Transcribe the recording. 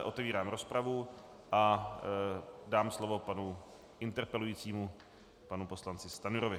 Otevírám rozpravu a dám slovo panu interpelujícímu panu poslanci Stanjurovi.